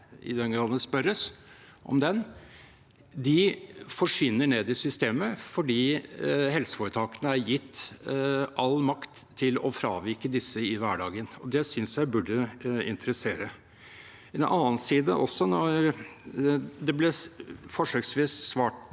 i den grad det spørres om dem, forsvinner ned i systemet fordi helseforetakene er gitt all makt til å fravike disse i hverdagen, og det synes jeg burde interessere. En annen side er at det ble forsøksvis svart